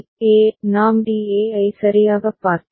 ஏ நாம் DA ஐ சரியாகப் பார்த்தால்